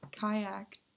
Kayak